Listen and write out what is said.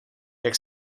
jak